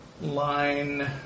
line